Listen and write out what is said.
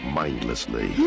mindlessly